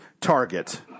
target